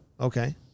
Okay